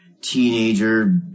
teenager